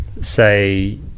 say